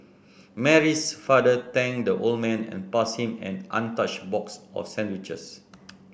Mary's father thanked the old man and passed him an untouched box of sandwiches